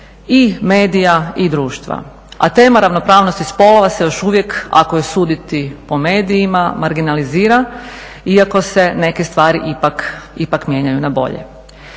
i medija i društva. A tema ravnopravnosti spolova se još uvijek, ako je suditi po medijima marginalizira iako se neke stvari ipak mijenjaju na bolje.